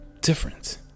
different